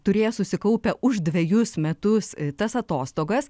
turės susikaupę už dvejus metus tas atostogas